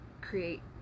create